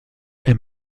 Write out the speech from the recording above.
est